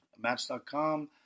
Match.com